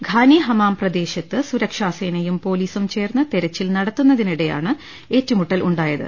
Qaani ഹമാമം പ്രദേ ശത്ത് സുരക്ഷാ സേനയും പോലീസും ചേർന്ന് തെരച്ചിൽ നട ത്തുന്നതിനിടെയാണ് ഏറ്റുമുട്ടൽ ഉണ്ടായത്